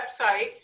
website